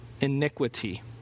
iniquity